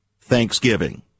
thanksgiving